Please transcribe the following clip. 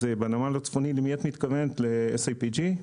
אז בנמל הצפוני, למי את מתכוונת ל-SIPG ?